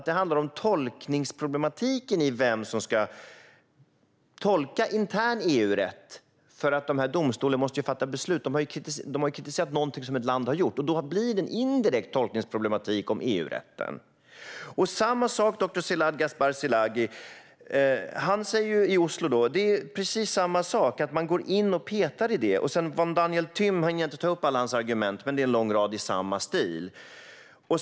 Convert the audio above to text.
Det handlar om tolkningsproblematiken - vem som ska tolka intern EU-rätt. Domstolarna måste ju fatta beslut. De har kritiserat något som ett land har gjort, och då blir det en indirekt problematik när det gäller tolkningen av EU-rätten. Doktor Szilárd Gáspár-Szilágyi i Oslo säger precis samma sak: att man går in och petar i detta. Och Daniel Thym har en lång rad argument i samma stil som jag inte hinner ta upp.